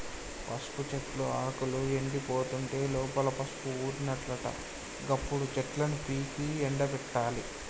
పసుపు చెట్టు ఆకులు ఎండిపోతుంటే లోపల పసుపు ఊరినట్లట గప్పుడు చెట్లను పీకి ఎండపెట్టాలి